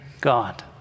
God